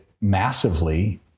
massively